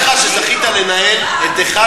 איזו התחייבות, אבל אני לא רוצה שתעשה את זה.